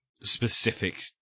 specific